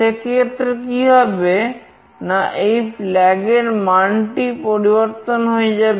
সেক্ষেত্রে কি হবে না এই flag এর মান টি পরিবর্তন হয়ে যাবে